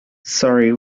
sorry